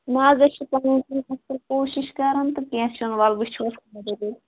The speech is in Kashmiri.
نہَ حظ أسۍ چھِ پَنٕنۍ کِنۍ اَصٕل کوٗشِش کَران تہٕ کیٚنٛہہ چھُنہٕ وَلہٕ وُچھو